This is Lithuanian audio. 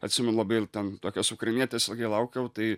atsimenu labai ten tokios ukrainietės laukiau tai